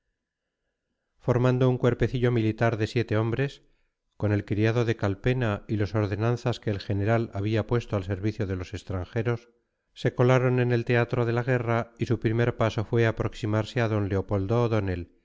formando un cuerpecillo militar de siete hombres con el criado de calpena y los ordenanzas que el general había puesto al servicio de los extranjeros se colaron en el teatro de la guerra y su primer paso fue aproximarse a d leopoldo